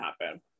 happen